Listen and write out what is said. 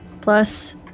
plus